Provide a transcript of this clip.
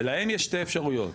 ולהם יש שתי אפשרויות,